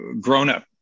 grown-up